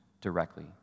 directly